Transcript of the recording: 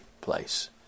place